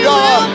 God